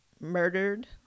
murdered